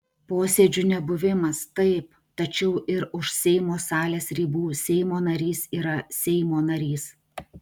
posėdžių nebuvimas taip tačiau ir už seimo salės ribų seimo narys yra seimo narys